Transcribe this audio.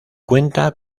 cuenta